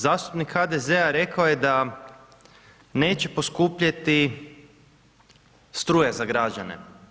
Zastupnik HDZ-a rekao je da neće poskupjeti struja za građane.